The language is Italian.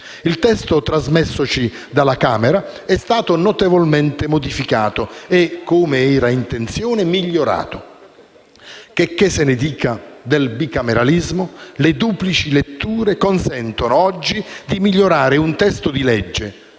Il testo trasmessoci dalla Camera è stato notevolmente modificato e, come era intenzione, migliorato. Checché se ne dica del bicameralismo, le duplici letture consentono oggi di migliorare un testo di legge.